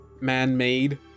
man-made